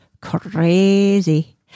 crazy